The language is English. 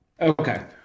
Okay